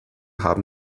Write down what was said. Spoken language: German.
haben